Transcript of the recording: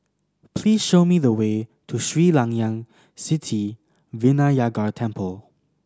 please show me the way to Sri Layan Sithi Vinayagar Temple